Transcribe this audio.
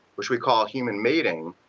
which we call human mating.